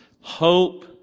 hope